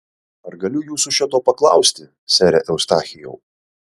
ar galiu jūsų šio to paklausti sere eustachijau